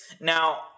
Now